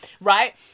Right